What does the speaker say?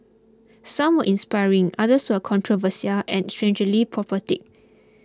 some were inspiring others were controversial and strangely prophetic